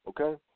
okay